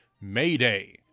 mayday